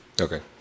Okay